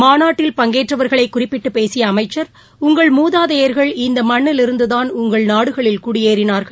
மாநாட்டில் பங்கேற்றவர்களை குறிப்பிட்டு பேசிய அமைச்சர் உங்கள் மூதாதையர்கள் இந்த மண்ணில் இருந்துதான் உங்கள் நாடுகளில் குடியேறினார்கள்